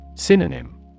Synonym